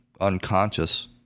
unconscious